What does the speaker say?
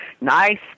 nice